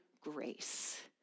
grace